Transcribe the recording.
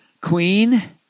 Queen